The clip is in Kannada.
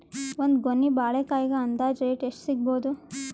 ಒಂದ್ ಗೊನಿ ಬಾಳೆಕಾಯಿಗ ಅಂದಾಜ ರೇಟ್ ಎಷ್ಟು ಸಿಗಬೋದ?